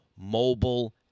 mobile